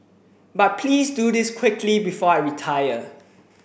but please do this quickly before I retire